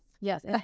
Yes